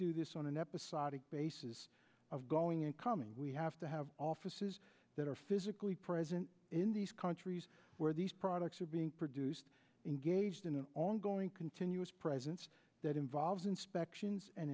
do this on an episodic basis of going and coming we have to have offices that are physically present in these countries where these products are being produced engaged in an ongoing continuous presence that involves inspections and